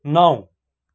नौ